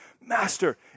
Master